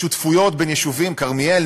שותפויות בין היישובים כרמיאל,